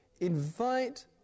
invite